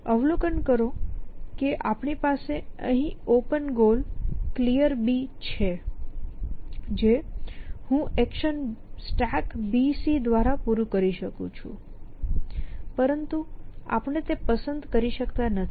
અવલોકન કરો કે આપણી પાસે અહીં ઓપન ગોલ Clear છે જે હું એક્શન StackBC દ્વારા પૂરું કરી શકું છું પરંતુ આપણે તે પસંદ કરી શકતા નથી